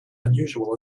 unusual